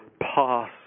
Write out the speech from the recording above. pass